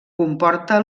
comporta